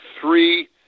three